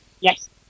Yes